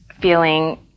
feeling